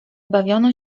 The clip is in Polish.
bawiono